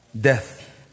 death